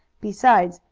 besides,